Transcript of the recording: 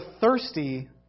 thirsty